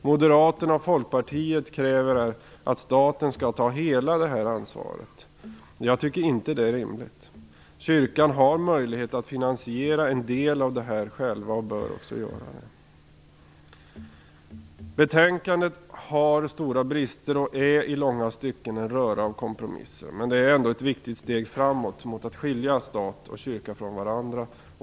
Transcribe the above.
Moderaterna och Folkpartiet kräver att staten skall ta hela detta ansvar, men jag tycker inte att det är rimligt. Kyrkan har möjlighet att själv finansiera en del av detta och bör också göra det. Betänkandet har stora brister och är i långa stycken en röra av kompromisser, men det är ändå ett viktigt steg mot att skilja stat och kyrka från varandra.